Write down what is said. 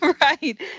right